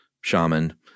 shaman